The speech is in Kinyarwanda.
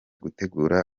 gutegura